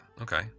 Okay